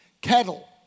cattle